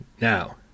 now